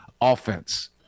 offense